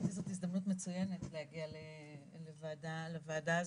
מבחינתי זאת הזדמנות מצוינת להגיע לוועדה הזאת,